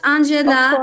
Angela